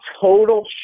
total